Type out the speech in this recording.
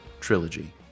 trilogy